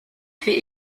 fait